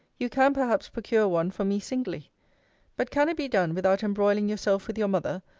you can perhaps procure one for me singly but can it be done without embroiling yourself with your mother,